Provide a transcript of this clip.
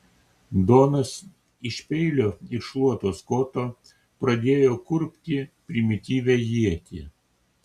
donas iš peilio ir šluotos koto pradėjo kurpti primityvią ietį